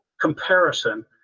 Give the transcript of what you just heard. comparison